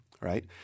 Right